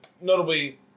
notably